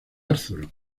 arthur